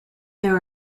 there